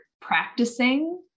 practicing